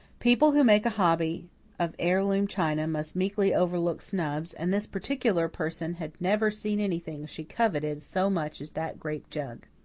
people who make a hobby of heirloom china must meekly overlook snubs, and this particular person had never seen anything she coveted so much as that grape jug.